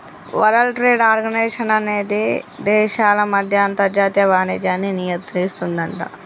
world trade organization అనేది దేశాల మధ్య అంతర్జాతీయ వాణిజ్యాన్ని నియంత్రిస్తుందట